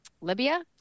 Libya